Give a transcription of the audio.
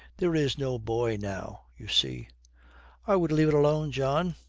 there is no boy now, you see i would leave it alone, john.